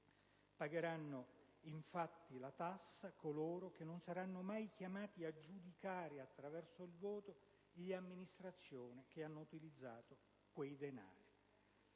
Pagheranno, infatti, la tassa coloro che non saranno mai chiamati a giudicare attraverso il voto gli amministratori che hanno utilizzato quei denari.